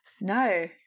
No